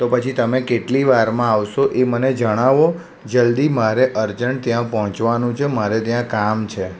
તો પછી તમે કેટલીવારમાં આવશો એ મને જણાવો જલ્દી મારે અર્જન્ટ ત્યાં પહોંચવાનું છે મારે ત્યાં કામ છે